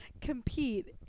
compete